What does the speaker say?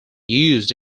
used